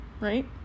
right